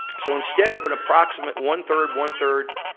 so instead of an approximate one third, one third,